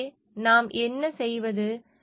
எனவே நாம் என்ன செய்வது